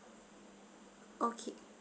okay